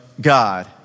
God